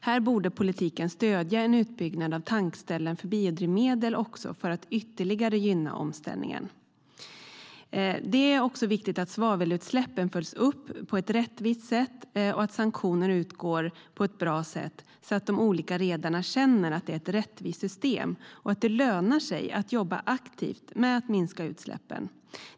Här borde politiken stödja en utbyggnad av tankställen för biodrivmedel för att ytterligare gynna omställningen. Det är också viktigt att svavelutsläppen följs upp på ett rättvist sätt och att sanktioner utgår på ett bra sätt, så att de olika redarna känner att det är ett rättvist system och att det lönar sig att jobba aktivt med att minska utsläppen.